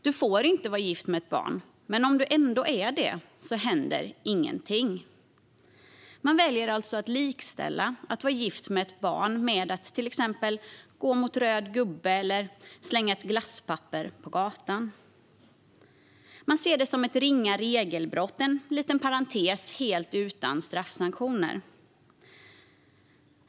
Du får inte vara gift med ett barn, men om du ändå är det händer ingenting. Man väljer alltså att likställa att vara gift med ett barn med att till exempel gå mot röd gubbe eller slänga ett glasspapper på gatan. Man ser det som ett ringa regelbrott, en liten parentes, helt utan straffsanktioner.